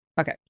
okay